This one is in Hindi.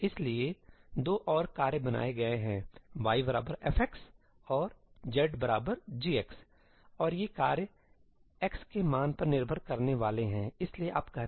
इसलिए 2 और कार्य बनाए गए हैं 'y f 'और 'z g 'और ये कार्य x के मान पर निर्भर करने वाले हैं इसलिए आप कहते हैं in x